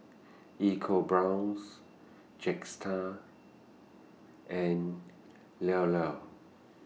EcoBrown's Jetstar and Llao Llao